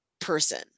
person